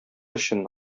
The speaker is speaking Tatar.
өчен